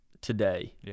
today